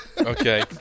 Okay